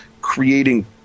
creating